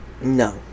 No